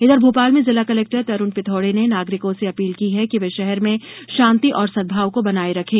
इधर भोपाल में जिला कलेक्टर तरूण पिथोड़े ने नागरिकों से अपील की है कि वे शहर में शांति और सदभाव को बनाये रखे